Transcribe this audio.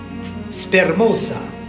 spermosa